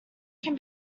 can